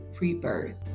rebirth